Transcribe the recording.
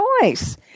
choice